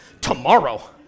tomorrow